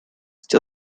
use